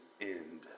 end